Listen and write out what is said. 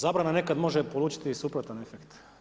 Zabrana nekad može polučiti i suprotan efekt.